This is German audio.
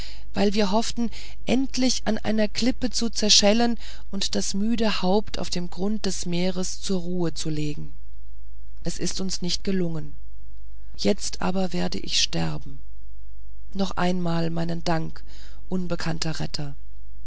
weil wir hofften endlich an einer klippe zu zerschellen und das müde haupt auf dem grund des meeres zur ruhe zu legen es ist uns nicht gelungen jetzt aber werde ich sterben noch einmal meinen dank unbekannter retter